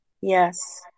Yes